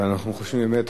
ואנחנו חושבים באמת,